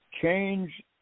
change